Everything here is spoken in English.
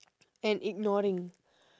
and ignoring